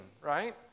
right